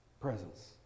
Presence